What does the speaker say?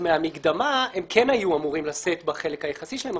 מהמקדמה הם כן היו אמורים לשאת בחלק היחסי שלהם.